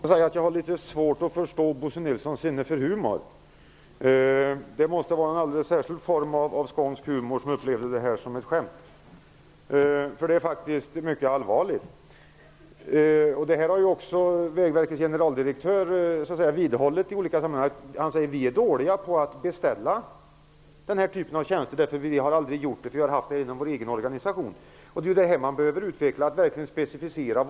Herr talman! Jag har litet svårt att förstå Bosse Nilssons sinne för humor. Han måste ha en alldeles särskild form av skånsk humor som upplever det här som ett skämt. Det är faktiskt mycket allvarligt. Vägverkets generaldirektör har i olika sammanhang vidhållit att verket är dåligt på att beställa den typen av tjänster. Man har aldrig har gjort det, eftersom man har haft tillgång till dessa tjänster inom sin egen organisation. Detta behövs utvecklas och specificeras.